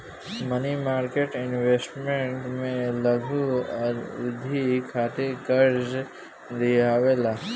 मनी market instruments भी लघु अवधि खातिर कार्जा दिअवावे ला